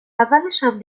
اولشم